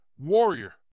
warrior